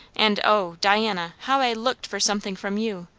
and o, diana, how i looked for something from you!